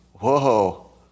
Whoa